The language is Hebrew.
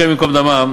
השם ייקום דמם,